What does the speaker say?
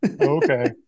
Okay